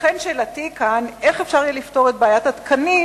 לכן שאלתי היא: איך אפשר יהיה לפתור את בעיית התקנים,